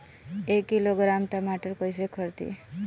एक किलोग्राम टमाटर कैसे खरदी?